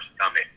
stomach